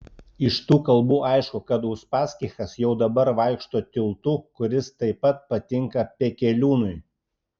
iš tų kalbų aišku kad uspaskichas jau dabar vaikšto tiltu kuris taip patinka pekeliūnui